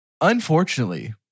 unfortunately